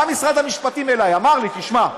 בא משרד המשפטים אליי ואמר לי: תשמע,